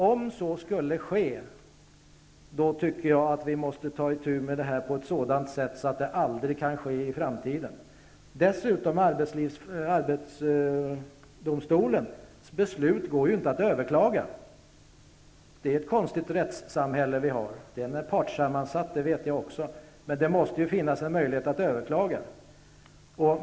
Om så skulle ske, måste vi ta itu med det på ett sådant sätt att det aldrig kan ske i framtiden. Arbetsdomstolens beslut går inte att överklaga. Det är ett konstigt rättssamhälle. Jag vet att arbetsdomstolen är partssammansatt, men det måste finnas en möjlighet att överklaga.